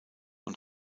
und